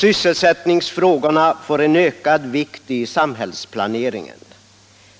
Sysselsättningsfrågorna får en ökad vikt i samhällsplaneringen.